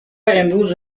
امروز